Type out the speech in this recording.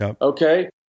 Okay